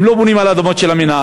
הם לא בונים על אדמות של המינהל.